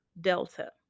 Delta